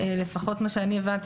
לפחות מה שאני הבנתי,